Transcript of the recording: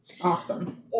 Awesome